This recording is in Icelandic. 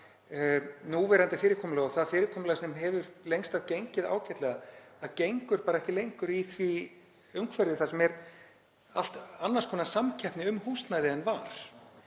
núverandi fyrirkomulag og það fyrirkomulag sem hefur lengst af gengið ágætlega gengur ekki lengur í því umhverfi þar sem er allt annars konar samkeppni um húsnæði en var.